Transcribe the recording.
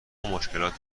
مشکلات